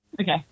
Okay